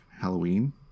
Halloween